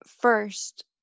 first